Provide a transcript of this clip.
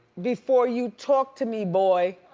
before you talk to me, boy,